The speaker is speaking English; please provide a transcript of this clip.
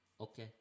Okay